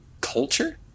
culture